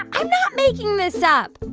i'm not making this up.